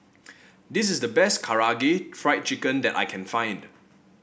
this is the best Karaage Fried Chicken that I can find